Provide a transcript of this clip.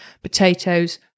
potatoes